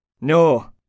No